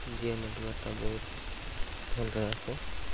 ଜିଓ ନେଟୱାର୍କଟା ବହୁତ ଭଲରେ ଆସେ